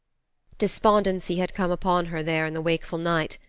despondency had come upon her there in the wakeful night,